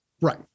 Right